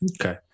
Okay